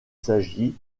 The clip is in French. s’agit